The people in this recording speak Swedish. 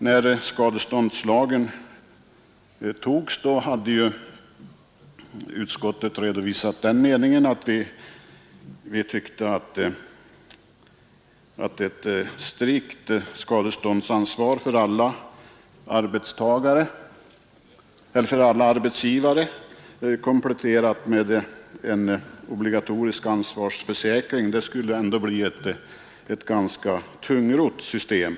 När skadeståndslagen antogs redovisade lagutskottet den meningen att strikt skadeståndsansvar för alla arbetsgivare kompletterat med en obligatorisk ansvarsförsäkring skulle bli ett ganska tungrott system.